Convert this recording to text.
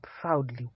proudly